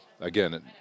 again